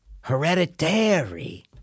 Hereditary